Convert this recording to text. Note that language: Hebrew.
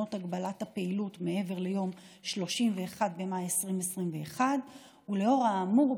תקנות הגבלת הפעילות מעבר ליום 31 במאי 2021. לאור האמור,